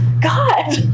God